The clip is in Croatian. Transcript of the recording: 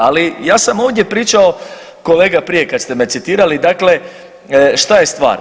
Ali ja sam ovdje pričao kolega prije kad ste me citirali, dakle šta je stvar?